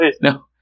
no